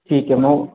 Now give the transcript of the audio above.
ठीक है मैम